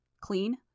Clean